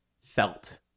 felt